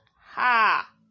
Ha